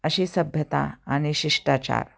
अशी सभ्यता आणि शिष्टाचार